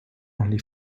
only